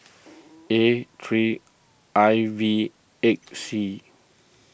A three I V eight C